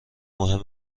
مهم